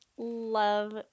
love